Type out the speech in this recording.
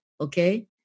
okay